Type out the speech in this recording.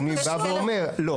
לא,